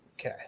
Okay